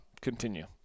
continue